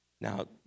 Now